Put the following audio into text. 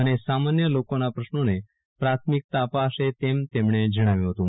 અને સામાન્ય લોકોના પ્રશ્નોને પ્રાથમિકતા અપાશે તેમ પણ જણાવ્યું હતું